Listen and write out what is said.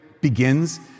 begins